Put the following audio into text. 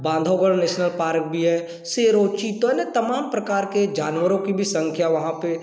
Bandhavgarh national park भी है शेरों चीतों अन्य तमाम प्रकार के जानवरों की भी संख्या वहाँ पर